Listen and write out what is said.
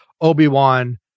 Obi-Wan